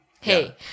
Hey